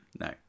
No